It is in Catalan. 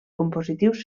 compositius